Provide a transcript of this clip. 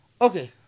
Okay